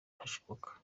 hashoboka